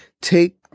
take